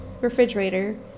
refrigerator